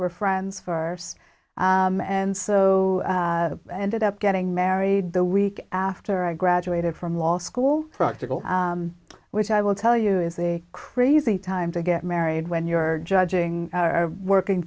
were friends for and so ended up getting married the week after i graduated from law school practical which i will tell you is a crazy time to get married when you're judging working